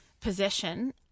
possession